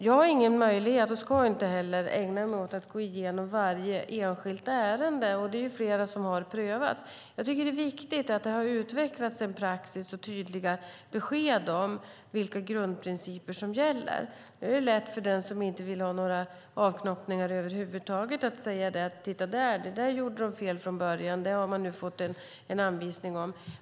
Jag har ingen möjlighet och ska inte heller ägna mig åt att gå igenom varje enskilt ärende, och det är ju flera som har prövats. Jag tycker att det är viktigt att det har utvecklats en praxis och tydliga besked om vilka grundprinciper som gäller. Det är lätt för den som inte vill ha några avknoppningar över huvud taget att säga titta där, det där gjorde de fel från början, och det har de nu fått en anvisning om.